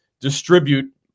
distribute